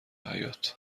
حیاط